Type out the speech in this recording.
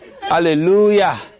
Hallelujah